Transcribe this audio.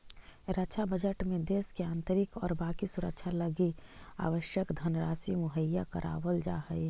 रक्षा बजट में देश के आंतरिक और बाकी सुरक्षा लगी आवश्यक धनराशि मुहैया करावल जा हई